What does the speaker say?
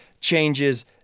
changes